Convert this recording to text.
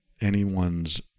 anyone's